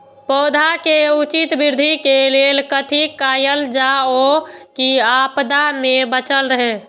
पौधा के उचित वृद्धि के लेल कथि कायल जाओ की आपदा में बचल रहे?